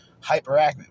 hyperactive